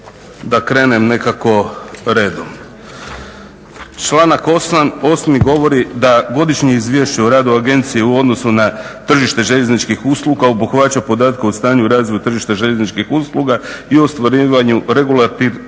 da krenem nekako redom. Članak 8. govori da Godišnje izvješće o radu agencije u odnosu na tržište željezničkih usluga obuhvaća podatke o stanju razvoja tržišta željezničkih usluga i ostvarivanju regulatornih